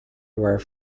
were